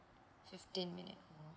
fifteen minute